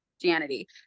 christianity